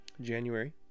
January